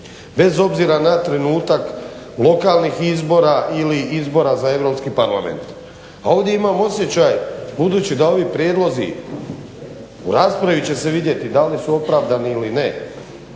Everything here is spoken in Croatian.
bez obzira na trenutak lokalnih izbora ili izbora za Europski parlament. A ovdje imam osjećaj budući da ovi prijedlozi, u raspravi će se vidjeti da li su opravdani ili ne.